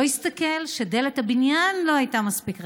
לא ראה שדלת הבניין לא הייתה מספיק רחבה,